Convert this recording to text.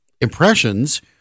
impressions